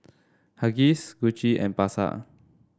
Huggies Gucci and Pasar